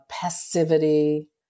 passivity